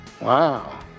Wow